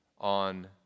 on